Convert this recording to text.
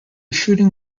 shooting